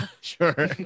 sure